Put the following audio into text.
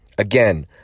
Again